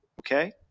Okay